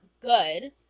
good